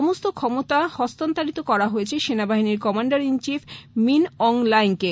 সমস্ত ক্ষমতা হস্তান্তরিত করা হয়েছে সেনাবাহিনীর commander in chief Min Aung Hlaing K